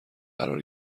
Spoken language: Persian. قرار